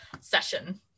session